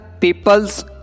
People's